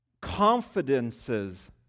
confidences